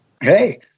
hey